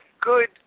good